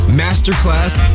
masterclass